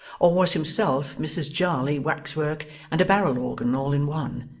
or was himself, mrs jarley, wax-work, and a barrel organ all in one,